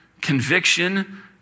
conviction